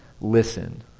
listen